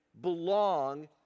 belong